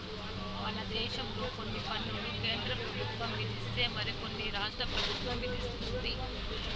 మన దేశంలో కొన్ని పన్నులు కేంద్ర పెబుత్వం విధిస్తే మరి కొన్ని రాష్ట్ర పెబుత్వం విదిస్తది